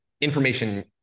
information